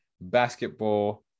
Basketball